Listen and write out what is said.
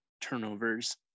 turnovers